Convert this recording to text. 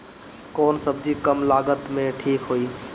कौन सबजी कम लागत मे ठिक होई?